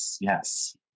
Yes